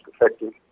effective